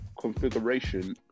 configuration